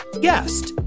guest